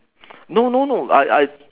no no no I I